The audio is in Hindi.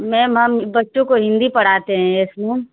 मैम हम बच्चों को हिन्दी पढ़ाते हैं यस मैम